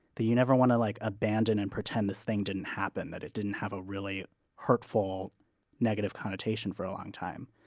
that you never want to like abandon and pretend this thing didn't happen, that it didn't have a really hurtful negative connotation for a long time.